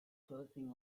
clothing